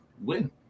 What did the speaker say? win